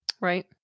Right